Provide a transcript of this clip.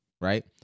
right